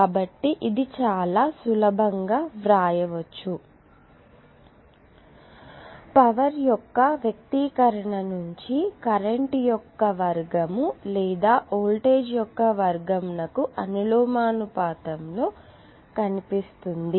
కాబట్టి ఇది చాలా సులభంగా ఉంటుంది పవర్ యొక్క వ్యక్తీకరణ నుంచి కరెంటు యొక్క వర్గంస్క్వేర్ లేదా వోల్టేజ్ యొక్క వర్గమునకుస్క్వేర్ అనులోమానుపాతంలో కనిపిస్తుంది